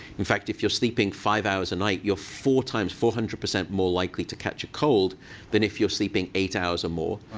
in fact, if you're sleeping five hours a night, you're four times four hundred more likely to catch a cold than if you're sleeping eight hours or more.